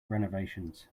renovations